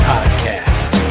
Podcast